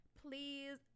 please